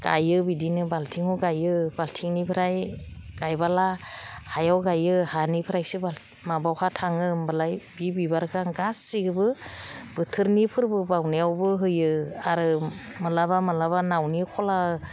गायो बिदिनो बाल्थिङाव गायो बाल्थिंनिफ्राय गायबोला हायाव गायो हानिफ्रायसो माबायावहा थाङो होनबालाय बि बिबारखौ आं गासैखौबो बोथोरनि फोरबो बाउनायावबो होयो आरो माब्लाबा माब्लाबा नावनि खला